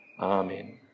Amen